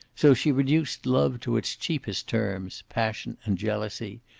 so she reduced love to its cheapest terms, passion and jealousy,